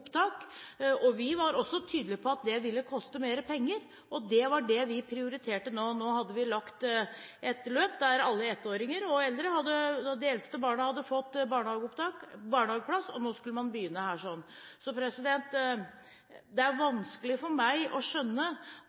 to opptak. Vi var også tydelige på at det ville koste mer penger, og at det var det vi prioriterte nå. Vi hadde lagt et løp der alle ettåringer og de eldste barna hadde fått barnehageplass, og nå skulle man begynne her. Så det er vanskelig for meg å skjønne